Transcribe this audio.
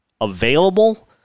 available